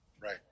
Right